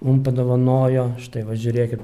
mum padovanojo štai va žiūrėkit